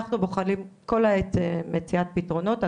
אנחנו בוחנים כל העת מציאת פתרונות.